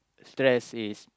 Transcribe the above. stress is